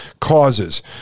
causes